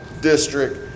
district